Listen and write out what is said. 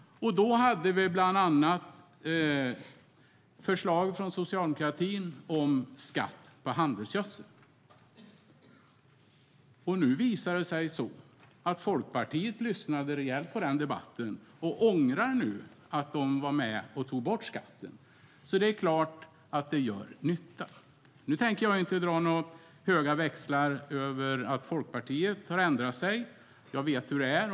Då hade vi bland annat förslag från socialdemokratin om skatt på handelsgödsel. Nu visar det sig att Folkpartiet lyssnade rejält på den debatten och ångrar att det var med och tog bort skatten. Det är klart att det gör nytta. Nu tänker inte jag dra några höga växlar på att Folkpartiet har ändrat sig. Jag vet hur det är.